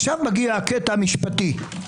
עכשיו מגיע הקטע המשפטי.